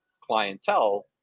clientele